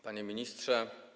Panie Ministrze!